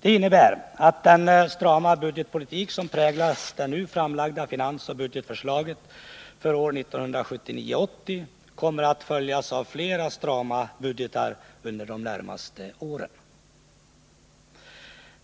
Det innebär att den strama budgetpolitik som präglar det nu framlagda finansoch budgetförslaget för 1979/80 kommer att följas av flera strama budgeter under de närmaste åren.